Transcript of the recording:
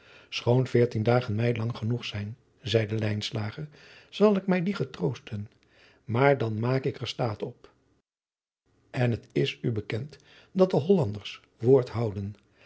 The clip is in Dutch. schoon veertien dagen mij lang genoeg zijn zeide lijnslager zal ik mij die getroosten maar dan maak ik er staat op en het is u bekend dat de hollanders woord houden